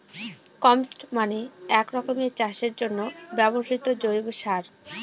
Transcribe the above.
compost মানে এক রকমের চাষের জন্য ব্যবহৃত জৈব সার